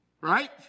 Right